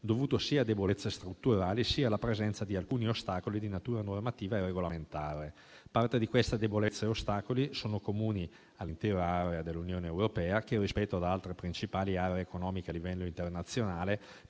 dovuto sia a debolezze strutturali, sia alla presenza di alcuni ostacoli di natura normativa e regolamentare. Parte di questa debolezza e ostacoli sono comuni all'intera area dell'Unione europea, che rispetto ad altre principali aree economiche a livello internazionale